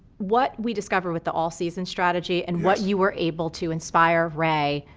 what we discover with the all season strategy and what you were able to inspire ray,